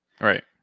Right